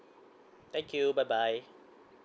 thank you bye bye